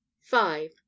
Five